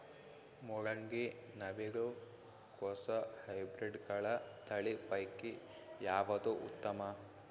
ಮೊಲಂಗಿ, ನವಿಲು ಕೊಸ ಹೈಬ್ರಿಡ್ಗಳ ತಳಿ ಪೈಕಿ ಯಾವದು ಉತ್ತಮ?